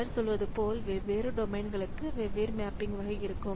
பலர் சொல்வது போல வெவ்வேறு டொமைன்களுக்கு வெவ்வேறு மேப்பிங் வகை இருக்கும்